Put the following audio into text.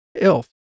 elf